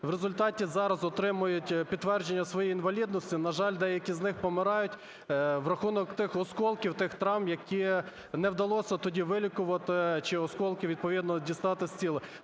в результаті зараз отримують підтвердження своєї інвалідності. На жаль, деякі з них помирають в рахунок тих осколків, тих травм, які не вдалося тоді вилікувати чи осколки відповідно дістати з тіл.